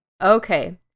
okay